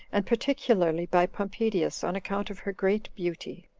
and particularly by pompedius, on account of her great beauty.